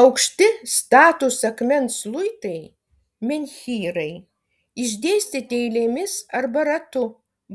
aukšti statūs akmens luitai menhyrai išdėstyti eilėmis arba ratu